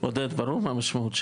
עודד, ברור מה המשמעות.